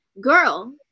Girl